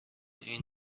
این